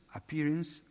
appearance